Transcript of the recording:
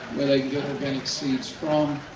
get organic seeds from.